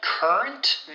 Current